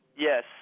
Yes